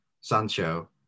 Sancho